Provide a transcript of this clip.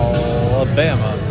Alabama